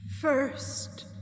First